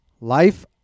Life